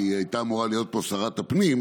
כי הייתה אמורה להיות פה שרת הפנים.